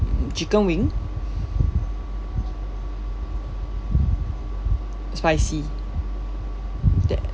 mm chicken wing spicy th~